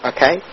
Okay